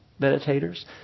meditators